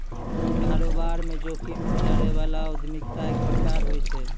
कारोबार म जोखिम से लड़ै बला उद्यमिता एक प्रकार होय छै